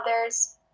others